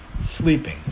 sleeping